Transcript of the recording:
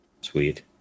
sweet